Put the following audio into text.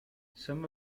some